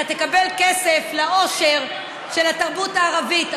אתה תקבל כסף לעושר של התרבות הערבית,